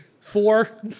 Four